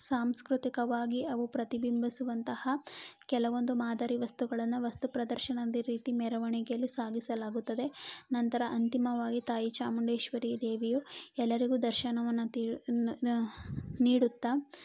ಸಾಂಸ್ಕೃತಿಕವಾಗಿ ಅವು ಪ್ರತಿಬಿಂಬಸುವಂತಹ ಕೆಲವೊಂದು ಮಾದರಿ ವಸ್ತುಗಳನ್ನು ವಸ್ತು ಪ್ರದರ್ಶನದ ರೀತಿ ಮೆರವಣಿಗೆಯಲ್ಲಿ ಸಾಗಿಸಲಾಗುತ್ತದೆ ನಂತರ ಅಂತಿಮವಾಗಿ ತಾಯಿ ಚಾಮುಂಡೇಶ್ವರಿ ದೇವಿಯು ಎಲ್ಲರಿಗು ದರ್ಶನವನ್ನು ನೀಡುತ್ತಾ